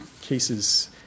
cases